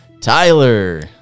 Tyler